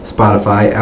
Spotify